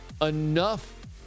enough